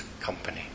company